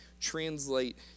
translate